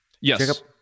Yes